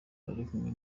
arikumwe